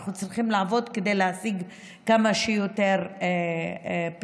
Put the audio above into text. אנחנו צריכים לעבוד כדי להשיג כמה שיותר פתרונות.